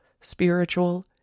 spiritual